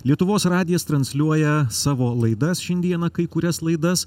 lietuvos radijas transliuoja savo laidas šiandieną kai kurias laidas